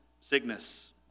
sickness